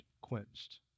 quenched